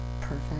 perfect